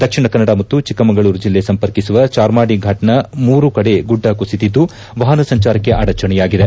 ದಕ್ಷಿಣ ಕನ್ನಡ ಮತ್ತು ಚಿಕ್ಕಮಗಳೂರು ಜಿಲ್ಲೆ ಸಂಪರ್ಕಿಸುವ ಚಾರ್ಮಾಡಿ ಫಾಟ್ನ ಮೂರು ಕಡೆ ಗುಡ್ಡ ಕುಸಿದಿದ್ದು ವಾಹನ ಸಂಚಾರಕ್ಕೆ ಅಡಚಣೆಯಾಗಿದೆ